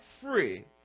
free